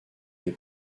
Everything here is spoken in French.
les